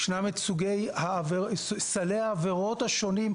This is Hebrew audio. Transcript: יש את סלי העבירות השונים,